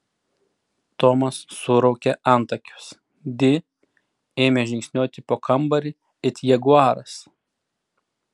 tomas suraukė antakius di ėmė žingsniuoti po kambarį it jaguaras